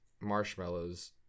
marshmallows